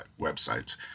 websites